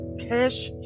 cash